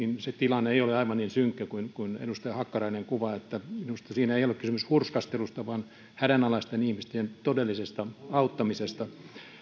se tilanne ei ole aivan niin synkkä kuin kuin edustaja hakkarainen kuvaa minusta siinä ei ole kysymys hurskastelusta vaan hädänalaisten ihmisten todellisesta auttamisesta